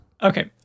Okay